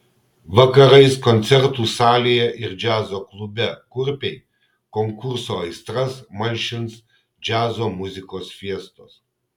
vakarais koncertų salėje ir džiazo klube kurpiai konkurso aistras malšins džiazo muzikos fiestos